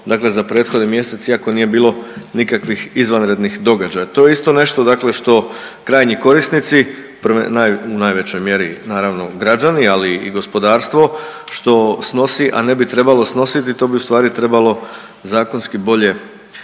dakle za prethodni mjesec iako nije bilo nikakvih izvanrednih događaja. To je isto nešto dakle što krajnji korisnici, u najvećoj mjeri naravno građani, ali i gospodarstvo što snosi, a ne bi trebalo snositi, to bi ustvari trebalo zakonski bolje